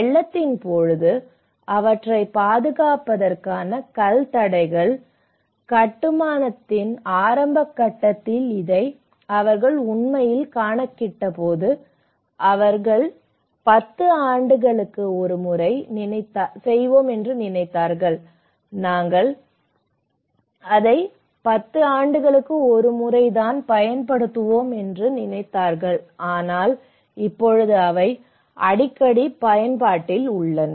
வெள்ளத்தின் போது அவற்றைப் பாதுகாப்பதற்கான கல் தடைகள் ஆனால் கட்டுமானத்தின் ஆரம்ப கட்டத்தில் இதை அவர்கள் உண்மையில் கணக்கிட்டபோது அவர்கள் 10 ஆண்டுகளுக்கு ஒரு முறை நினைத்தார்கள் நாங்கள் பயன்படுத்தலாம் ஆனால் இப்போது அவை அடிக்கடி பயன்படுத்தப்படுகின்றன